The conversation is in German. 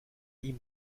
ihm